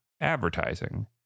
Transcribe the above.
advertising